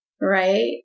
right